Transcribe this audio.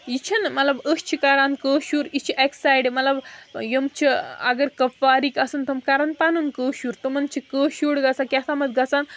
یہِ چھِنہٕ مطلب أسۍ چھِ کَران کٲشُر یہِ چھِ اَکہِ سایڈٕ مطلب یِم چھِ اگر کَپوارٕکۍ آسَن تِم کَرَن پَنُن کٲشُر تِمَن چھِ کٲشُر گژھان کہتامَتھ گژھان